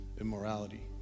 immorality